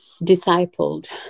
discipled